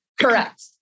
Correct